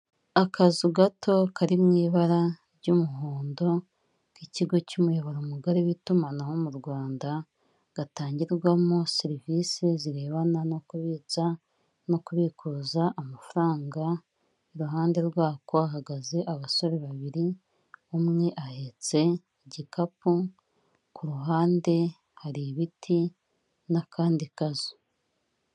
Akazu gato kari mu ibara ry'umuhondo k'ikigo cy'umuyoboro mugari w'itumanaho mu Rwanda, gatangirwamo serivisi zirebana no kubitsa no kubikuza amafaranga, iruhande rwako hahagaze abasore babiri, umwe ahetse igikapu, ku ruhande hari ibiti n'akandi kazu.